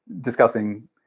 discussing